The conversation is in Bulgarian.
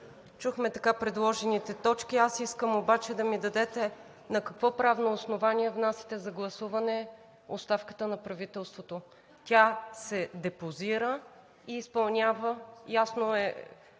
Чухме така предложените точки. Искам обаче да ми посочите на какво правно основание внасяте за гласуване оставката на правителството? Тя се депозира и изпълнява. Ясна е